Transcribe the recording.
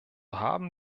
haben